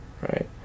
right